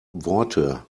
worte